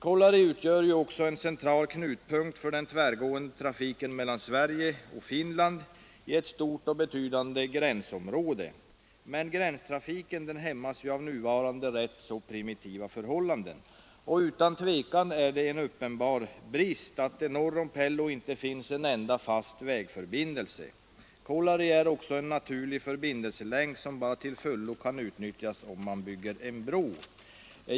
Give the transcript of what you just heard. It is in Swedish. Kolari utgör även en central knutpunkt för den tvärgående trafiken mellan Sverige och Finland i ett stort och betydande gränsområde. Gränstrafiken hämmas av nuvarande rätt så primitiva förhållanden. Utan tvivel är det en uppenbar brist att det norr om Pello inte finns en enda fast vägförbindelse. Kolari är också en naturlig förbindelselänk som bara kan till fullo utnyttjas om man bygger en bro.